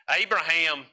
Abraham